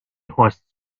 hosts